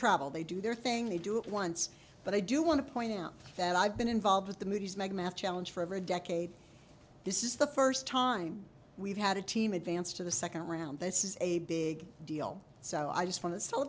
travel they do their thing they do it once but i do want to point out that i've been involved with the movies magma challenge for over a decade this is the first time we've had a team advance to the second round this is a big deal so i just want to cel